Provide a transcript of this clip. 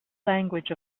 language